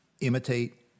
imitate